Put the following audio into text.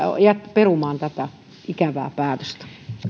perumaan tätä ikävää päätöstä